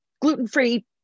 gluten-free